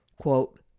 quote